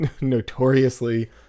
notoriously